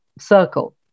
circle